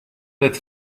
that